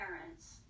parents